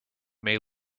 may